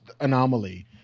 anomaly